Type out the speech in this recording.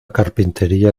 carpintería